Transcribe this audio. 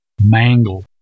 mangle